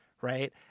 Right